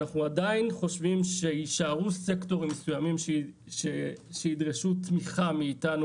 אנחנו עדיין חושבים שיישארו סקטורים מסוימים שיידרשו תמיכה מאיתנו,